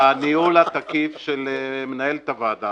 -- והניהול התקיף של מנהלת הוועדה,